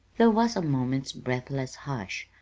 there was a moment's breathless hush,